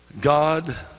God